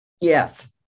Yes